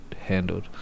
handled